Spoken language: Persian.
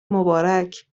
مبارک